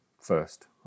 first